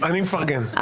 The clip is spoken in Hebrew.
אני מפרגן.